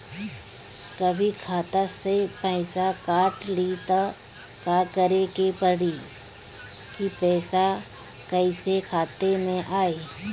कभी खाता से पैसा काट लि त का करे के पड़ी कि पैसा कईसे खाता मे आई?